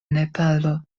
nepalo